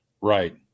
Right